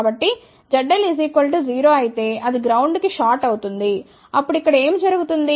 కాబట్టి ZL 0 అయితే అది గ్రౌండ్ కి షార్ట్ అవుతుంది అప్పుడు ఇక్కడ ఏమి జరుగుతుంది